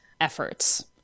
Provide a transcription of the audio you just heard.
efforts